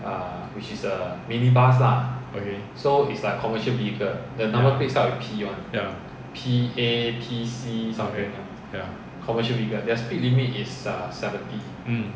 okay ya ya okay ya mm